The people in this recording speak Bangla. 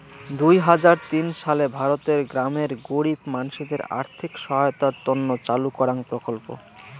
দুই হাজার তিন সালে ভারতের গ্রামের গরীব মানসিদের আর্থিক সহায়তার তন্ন চালু করাঙ প্রকল্প